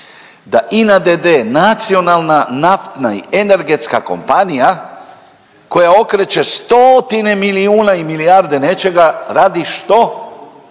da INA d.d. nacionalna naftna i energetska kompanija koja okreće stotine milijuna i milijarde nečega radi što?